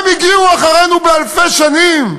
הם הגיעו אלפי שנים אחרינו.